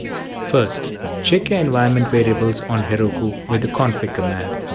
first check your environment variables on heroku with the config command.